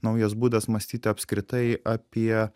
naujas būdas mąstyti apskritai apie